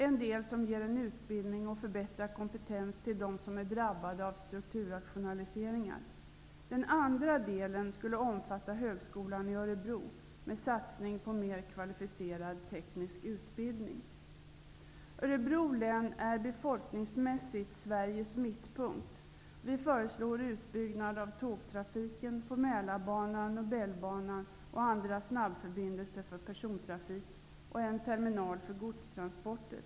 En del ger en utbildning och förbättrad kompetens till dem som är drabbade av strukturrationaliseringar. Den andra delen skulle omfatta högskolan i Örebro med satsning på mer kvalificerad teknisk utbildning. Örebro län är befolkningsmässigt Sveriges mittpunkt. Vi föreslår utbyggnad av tågtrafiken på Mälarbanan och Nobelbanan och andra snabbförbindelser för persontrafik samt en terminal för godstransporter.